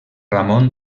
ramon